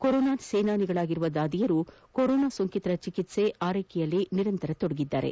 corona ಸೇನಾನಿಗಳಾಗಿರುವ ದಾದಿಯರು corona ಸೋಂಕಿತರ ಚಿಕಿತ್ಸೆ ಆರೈಕೆಯಲ್ಲಿ ನಿರಂತರ ತೊಡಗಿದ್ದಾರೆ